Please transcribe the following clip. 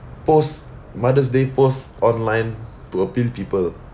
post mother's day post online to appeal people